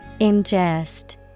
Ingest